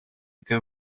kien